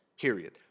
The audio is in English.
period